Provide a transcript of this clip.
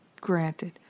granted